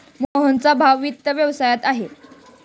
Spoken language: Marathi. मोहनचा भाऊ वित्त व्यवसायात आहे